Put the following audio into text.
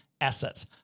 assets